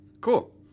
Cool